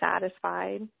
satisfied